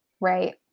Right